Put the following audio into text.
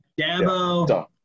Dabo